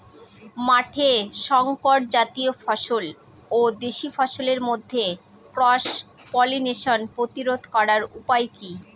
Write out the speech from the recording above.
মাঠের শংকর জাতীয় ফসল ও দেশি ফসলের মধ্যে ক্রস পলিনেশন প্রতিরোধ করার উপায় কি?